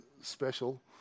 special